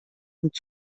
und